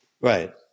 Right